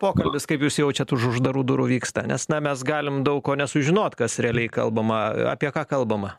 pokalbis kaip jūs jaučiat už uždarų durų vyksta nes na mes galim daug ko nesužinot kas realiai kalbama apie ką kalbama